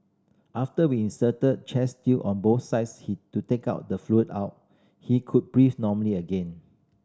after we inserted chest tube on both sides he to take out the fluid out he could breathe normally again